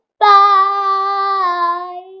Bye